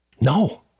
No